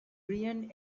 brian